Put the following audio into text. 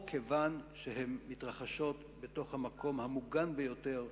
או כיוון שהן מתרחשות בתוך המקום המוגן ביותר,